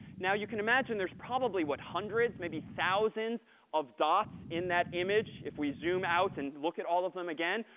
now, you can imagine, there's probably what, hundreds, maybe thousands of dots in that image if we zoom out and look at all of them again.